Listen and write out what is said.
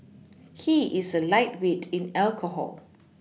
he is a lightweight in alcohol